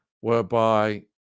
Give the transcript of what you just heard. whereby